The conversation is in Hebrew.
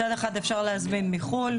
מצד אחד אפשר להזמין מחו"ל,